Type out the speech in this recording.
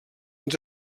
ens